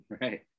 Right